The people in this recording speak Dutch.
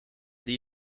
die